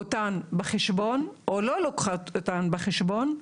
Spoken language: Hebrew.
אותן בחשבון או לא לוקחות אותן בחשבון.